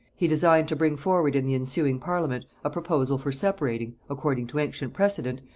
he designed to bring forward in the ensuing parliament a proposal for separating, according to ancient precedent,